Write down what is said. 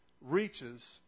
reaches